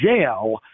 jail